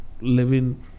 Living